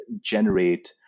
generate